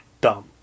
dumb